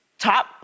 top